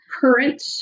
current